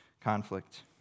conflict